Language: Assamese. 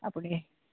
আপুনি